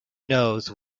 nose